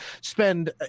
spend